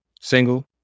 Single